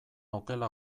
okela